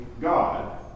God